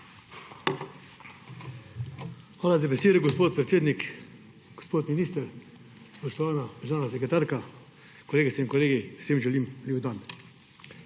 Hvala za besedo, gospod predsednik. Gospod minister, spoštovana državna sekretarka, kolegice in kolegi, vsem želim lep dan!